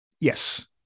Yes